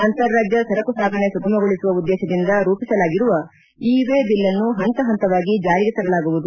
ಅಂತಾರಾಜ್ಯ ಸರಕು ಸಾಗಣೆ ಸುಗಮಗೊಳಿಸುವ ಉದ್ದೇಶದಿಂದ ರೂಪಿಸಲಾಗಿರುವ ಇ ವೇ ಬಿಲ್ ಅನ್ನು ಹಂತಹಂತವಾಗಿ ಜಾರಿಗೆ ತರಲಾಗುವುದು